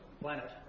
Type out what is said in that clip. planet